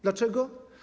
Dlaczego?